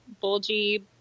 bulgy